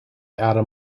adam